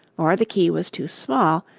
or the key was too small,